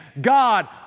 God